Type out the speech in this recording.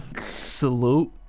Salute